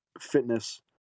fitness